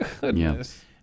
goodness